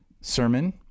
sermon